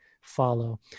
follow